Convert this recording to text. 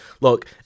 look